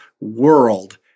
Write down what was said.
world